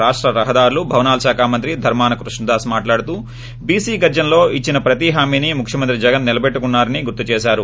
రాష్ట రహదారులు భవనాల శాఖ మంత్రి ధర్మాన కృష్ణదాస్ మాట్లాడుతూ బీసీ గర్జనలో ఇచ్చిన ప్రతి హామీని ముఖ్యమంత్రి జగన్ నిలబెట్టుకున్నారని గుర్తు చేశారు